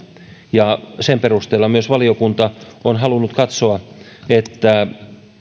ja sen perusteella valiokunta on myös halunnut katsoa että